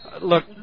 look